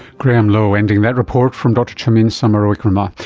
graham lowe ending that report from dr chameen samarawickrama,